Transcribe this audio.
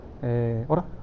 Hola